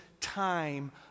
time